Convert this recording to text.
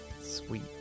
Sweet